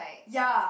ya